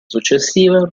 successiva